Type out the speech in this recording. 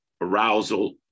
arousal